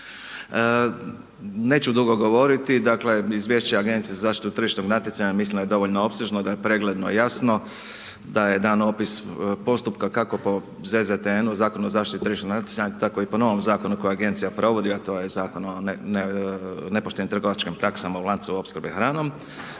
Neću dugo govoriti, dakle izvješće agencije za zaštitu tržišnog natjecanja mislim da je dovoljno opsežno, da je pregledno, jasno, da je dan opis postupka kako po ZZTN-u, Zakonu o zaštiti tržišnog natjecanja, tako i po novom zakonu koji agencija provodi a to je Zakon o nepoštenim trgovačkim praksama u lancu opskrbe hranom